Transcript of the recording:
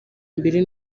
mbili